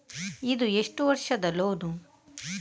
ಇದು ಎಷ್ಟು ವರ್ಷದ ಲೋನ್?